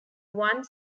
one